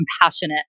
compassionate